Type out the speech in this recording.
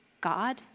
God